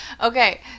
Okay